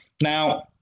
Now